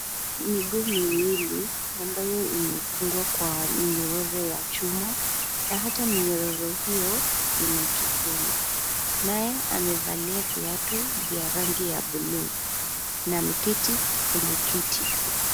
Miguu miwili ambayo imefungwa kwa minyororo ya chuma na hata minyororo hiyo inakifuli, naye amevalia viatu vya rangi ya bluu na ameketi kwenye kiti.